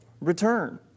return